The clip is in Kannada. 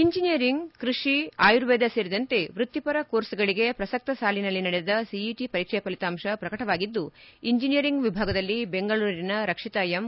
ಇಂಜಿನಿಯರಿಂಗ್ ಕೃಷಿ ಆಯುರ್ವೇದ ಸೇರಿದಂತೆ ವೃತ್ತಿಪರ ಕೋರ್ಸ್ಗಳಿಗೆ ಪ್ರಸಕ್ತ ಸಾಲಿನಲ್ಲಿ ನಡೆದ ಸಿಇಟ ಪರೀಕ್ಷೆ ಫಲಿತಾಂತ ಶ್ರಕಟವಾಗಿದ್ದು ಇಂಜಿನಿಯರಿಂಗ್ ವಿಭಾಗದಲ್ಲಿ ಬೆಂಗಳೂರಿನ ರಕ್ಷಿತ ಎಂ